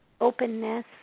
openness